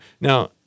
Now